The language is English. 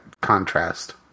contrast